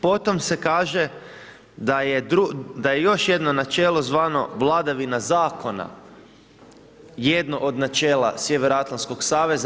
Potom se, kaže, da je još jedno načelo zvano vladavina zakona, jedno od načela sjevernoatlantskog saveza.